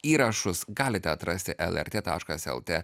įrašus galite atrasti lrt taškas lt